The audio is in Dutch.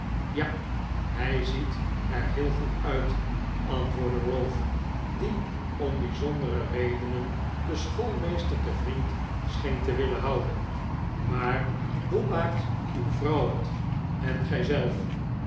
ja hij ziet er heel goed uit antwoordde ralph die om bijzondefe redenen den schoolmeester te vriend scheen te willen houden maar hoe maakt uw vrouw het en gij zelf